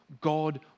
God